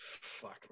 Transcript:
Fuck